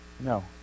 No